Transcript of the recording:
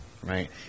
right